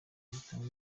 gitanga